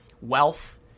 wealth